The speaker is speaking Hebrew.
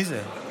מי זה?